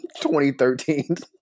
2013